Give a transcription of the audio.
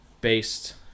based